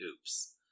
oops